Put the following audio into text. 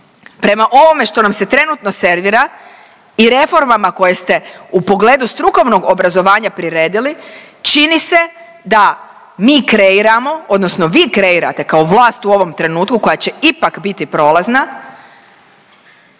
Prema ovome što nam se trenutno servira i reformama koje ste u pogledu strukovnog obrazovanja priredili, čini se da mi kreiramo odnosno vi kreirate kao vlast u ovom trenutku koja će ipak biti prolazna,